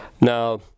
Now